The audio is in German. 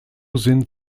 sind